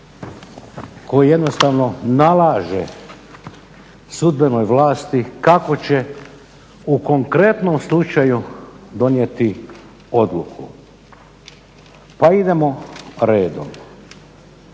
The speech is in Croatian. koji jednostavno nalaže sudbenoj vlasti kako će u konkretnom slučaju donijeti odluku. Pa idemo redom.